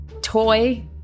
toy